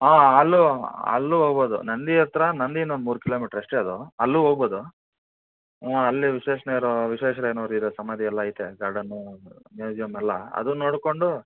ಹಾಂ ಅಲ್ಲು ಅಲ್ಲೂ ಹೋಗ್ಬೋದು ನಂದಿ ಹತ್ತಿರ ನಂದಿಯಿಂದ ಒಂದು ಮೂರು ಕಿಲೋಮೀಟ್ರ್ ಅಷ್ಟೇ ಅದು ಅಲ್ಲೂ ಹೋಗ್ಬೋದು ಹ್ಞೂ ಅಲ್ಲಿ ವಿಶ್ವೇಶ್ವರಯ್ಯನವರು ಇರೋದು ಸಮಾಧಿಯೆಲ್ಲ ಐತೆ ಗಾರ್ಡನ್ನು ಮ್ಯೂಸಿಯಮ್ ಎಲ್ಲ ಅದನ್ನು ನೋಡಿಕೊಂಡು